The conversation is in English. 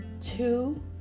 two